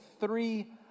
three